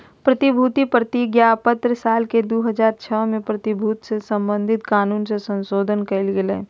प्रतिभूति प्रतिज्ञापत्र साल के दू हज़ार छह में प्रतिभूति से संबधित कानून मे संशोधन कयल गेलय